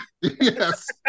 Yes